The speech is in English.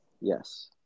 Yes